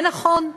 ונכון,